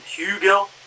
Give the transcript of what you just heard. Hugill